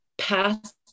past